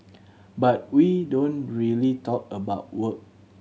but we don't really talk about work